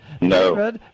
No